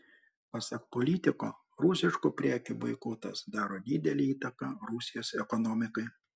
pasak politiko rusiškų prekių boikotas daro didelę įtaką rusijos ekonomikai